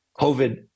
COVID